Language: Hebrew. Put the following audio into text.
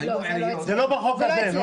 זה לא בחוק הזה.